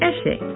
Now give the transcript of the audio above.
Eshe